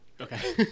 Okay